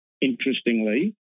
interestingly